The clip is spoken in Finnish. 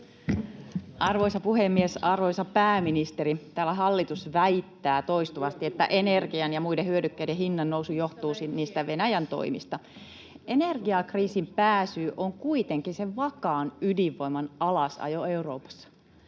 Arvoisa puhemies! Arvoisa pääministeri, täällä hallitus väittää toistuvasti, että energian ja muiden hyödykkeiden hinnannousu johtuu niistä Venäjän toimista. Energiakriisin pääsyy on kuitenkin se vakaan ydinvoiman alasajo Euroopassa.